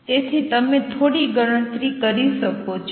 તેથી તમે થોડી ગણતરી કરી શકો છો